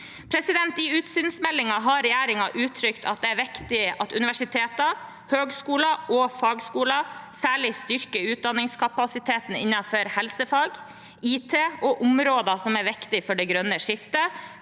hold. I utsynsmeldingen har regjeringen uttrykt at det er viktig at universiteter, høyskoler og fagskoler særlig styrker utdanningskapasiteten innenfor helsefag, IT og områder som er viktige for det grønne skiftet,